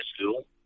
school